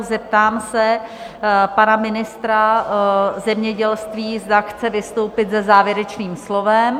Zeptám se pana ministra zemědělství, zda chce vystoupit se závěrečným slovem?